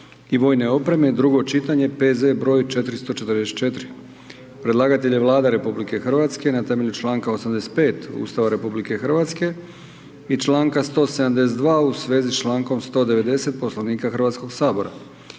i vojne opreme, drugo čitanje, P.Z. br. 444; Predlatelj je Vlada RH na temelju članka 85. Ustava RH i članka 172 u svezi sa člankom 190. Poslovnika Hrvatskoga sabora.